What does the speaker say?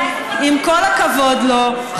עם כל הכבוד לו,